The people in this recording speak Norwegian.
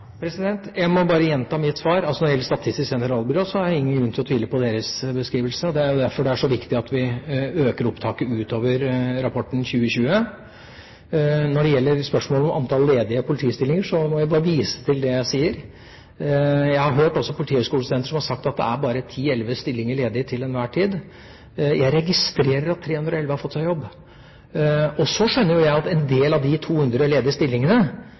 Jeg må bare gjenta mitt svar. Når det gjelder Statistisk sentralbyrå, har jeg ingen grunn til å tvile på deres beskrivelse, og det er jo derfor det er så viktig at vi øker opptaket utover det som står i rapporten Politiet mot 2020. Når det gjelder spørsmålet om antall ledige politistillinger, må jeg bare vise til det jeg sier. Jeg har også hørt at politihøyskolestudenter har sagt at det bare er ti–elleve stillinger ledig til enhver tid. Jeg registrerer at 311 har fått seg jobb. Så skjønner jo jeg at en del av de 200 ledige stillingene